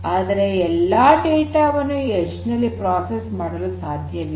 ಆದರೆ ಎಲ್ಲಾ ಡೇಟಾ ವನ್ನು ಎಡ್ಜ್ ನಲ್ಲಿ ಪ್ರೋಸೆಸ್ ಮಾಡಲು ಸಾಧ್ಯವಿಲ್ಲ